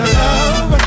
love